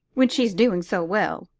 when she's doing so well,